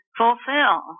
fulfill